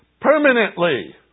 permanently